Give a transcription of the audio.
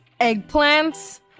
eggplants